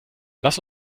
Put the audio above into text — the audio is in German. lass